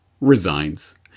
resigns